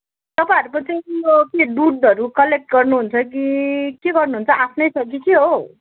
तपाईँहरूको चाहिँ उयो के दुधहरू कलेक्ट गर्नुहुन्छ कि के गर्नुहुन्छ आफ्नै छ कि के हो